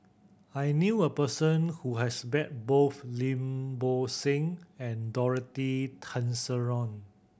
I knew a person who has bet both Lim Bo Seng and Dorothy Tessensohn